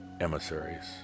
emissaries